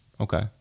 okay